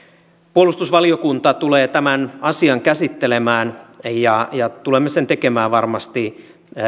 puolustusvaliokunta tulee tämän asian käsittelemään ja ja tulemme sen tekemään varmasti